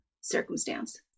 circumstance